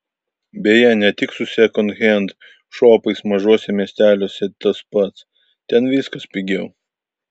beje ne tik su sekondhend šopais mažuose miesteliuose tas pats ten viskas pigiau